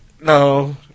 No